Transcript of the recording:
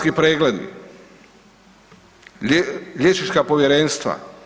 Pregledi, liječnička povjerenstva.